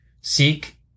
Seek